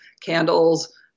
candles